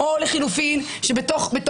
אני גם לא מאשימה את השוטרים.